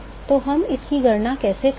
तो हम इसकी गणना कैसे करेंगे